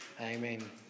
Amen